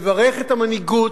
לברך את המנהיגות,